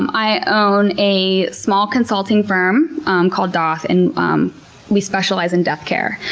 i own a small consulting firm um called doth, and um we specialize in death care.